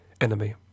enemy